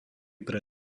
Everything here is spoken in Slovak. pre